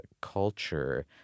culture